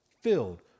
filled